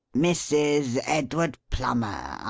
mrs. edward plummer,